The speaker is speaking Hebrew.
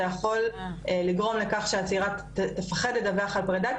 יכול לגרום לכך שהצעירה תפחד לדווח על פרידה,